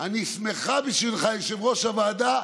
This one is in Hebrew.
אני שמחה בשבילך, יושב-ראש הוועדה,